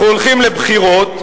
אנחנו הולכים לבחירות,